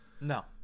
no